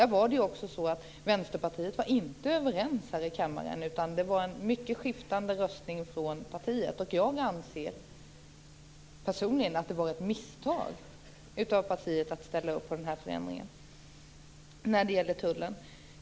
Nu var ju inte Vänsterpartiet överens här i kammaren, utan det var en mycket skiftande röstning från partiet. Jag anser personligen att det var ett misstag av partiet att ställa upp på denna förändring när det gällde tullen.